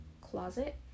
closet